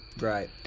Right